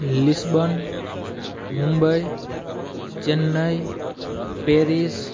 Lisbon Mumbai Chennai Paris